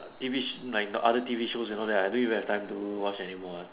T_V is like another T_V shows and all that I don't even have time to watch anymore ah